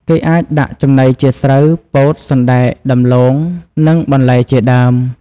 គេអាចដាក់ចំណីជាស្រូវ ពោត សណ្តែក ដំឡូង និងបន្លែជាដើម។